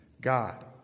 God